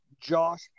Josh